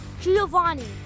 Giovanni